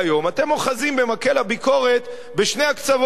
אתם אוחזים במקל הביקורת בשני הקצוות שלו.